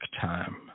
time